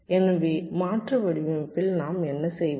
எனவே மாற்று வடிவமைப்பில் நாம் என்ன செய்வது